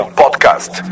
podcast